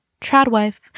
TradWife